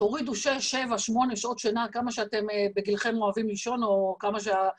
הורידו שש, שבע, שמונה, שעות שנה, כמה שאתם בגילכם אוהבים לישון, או כמה שה...